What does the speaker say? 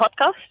podcast